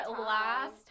last